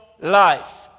life